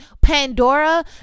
Pandora